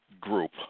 group